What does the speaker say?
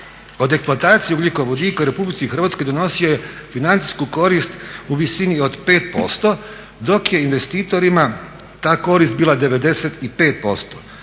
od eksploatacije ugljikovodika u Republici Hrvatskoj donosio je financijsku korist u visini od 5% dok je investitorima ta korist bila 95%.